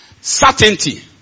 Certainty